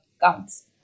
counts